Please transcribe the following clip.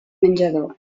menjador